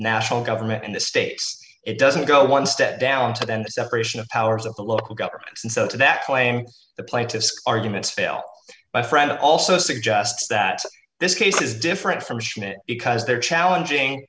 national government and the state it doesn't go one step down to the end separation of powers of the local governments and so to that claim the plaintiff's arguments fail my friend also suggests that this case is different from schmidt because they're challenging